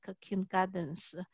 kindergartens